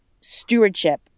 stewardship